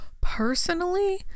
Personally